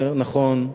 יותר נכון,